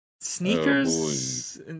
Sneakers